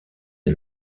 des